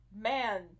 man